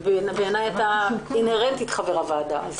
בעיניי אתה אינהרנטית חבר הוועדה.